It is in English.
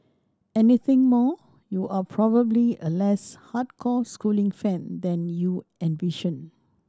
anything more you are probably a less hardcore schooling fan than you envisioned